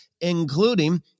including